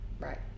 right